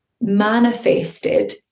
manifested